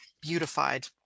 beautified